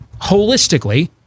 holistically